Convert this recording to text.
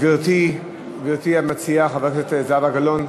גברתי המציעה, חברת הכנסת זהבה גלאון,